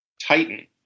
Titan